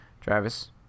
Travis